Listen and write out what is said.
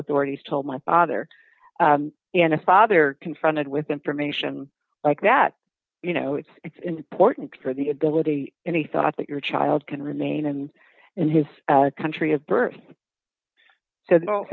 authorities told my father and father confronted with information like that you know it's important for the ability and he thought that your child can remain and in his country of birth